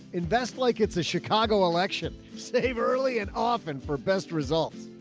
invest like it's a chicago election save early and often for best results.